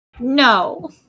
No